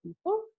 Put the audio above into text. people